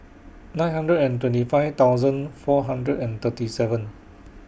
nine hundred and twenty five thousand four hundred and thirty seven